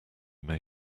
may